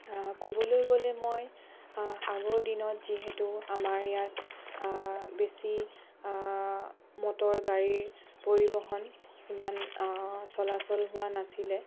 ক'বলৈ গ'লে মই আগৰ দিনত যিহেতু আমাৰ ইয়াত বেছি মটৰ গাড়ীৰ পৰিৱহণ ইমান চলাচল হোৱা নাছিলে